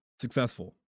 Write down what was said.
successful